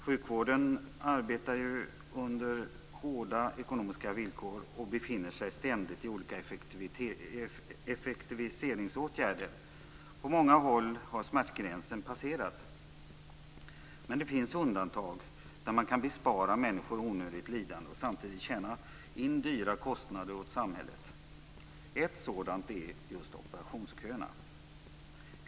Sjukvården arbetar under hårda ekonomiska villkor och befinner sig ständigt i olika effektiviseringsåtgärder. På många håll har smärtgränsen passerats. Men det finns undantag där man kan bespara människor onödigt lidande och samtidigt tjäna in dyra kostnader åt samhället. Ett sådant är just operationsköerna.